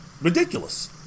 ridiculous